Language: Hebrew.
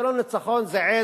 זה לא ניצחון, זה עז,